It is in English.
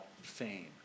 fame